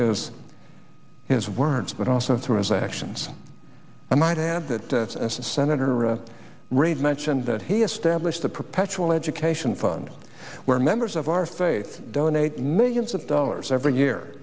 his his words but also through his actions i might add that as a senator or read mentioned that he established the perpetual education fund where members of our faith donate millions of dollars every year